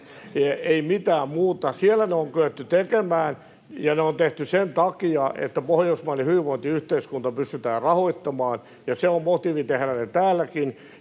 mitään muuta. Siellä ne on kyetty tekemään, ja ne on tehty sen takia, että pohjoismainen hyvinvointiyhteiskunta pystytään rahoittamaan, ja se on motiivi tehdä ne täälläkin.